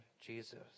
Jesus